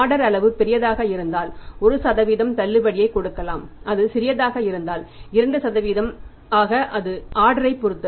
order அளவு பெரியதாக இருந்தால் 1 தள்ளுபடியை கொடுக்கலாம் அது சிறியதாக இருந்தால் 2 ஆக இருக்கலாம் அது ஆர்டரைப் பொறுத்து